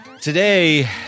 Today